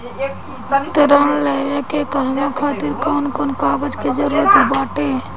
ऋण लेने के कहवा खातिर कौन कोन कागज के जररूत बाटे?